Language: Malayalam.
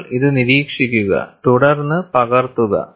നിങ്ങൾ ഇത് നിരീക്ഷിക്കുക തുടർന്ന് പകർത്തുക